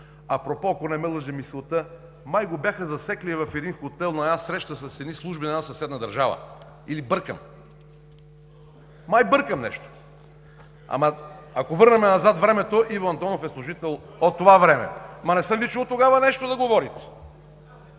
Апропо, ако не ме лъже мисълта, май го бяха засекли в един хотел на една среща с едни служби на една съседна държава или бъркам? Май бъркам нещо! Ама ако върнем времето назад, Иво Андонов е служител от това време, ама не съм Ви чул тогава нещо да говорите.